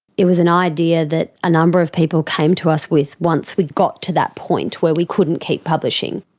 it was an idea that a number of people came to us with once we'd got to that point where we couldn't keep publishing.